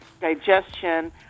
digestion